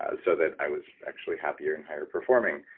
ah so that i was actually happier and higher performing.